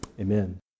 Amen